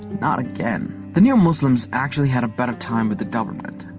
not again. the new muslims actually had a better time with the government.